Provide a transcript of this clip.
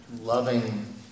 loving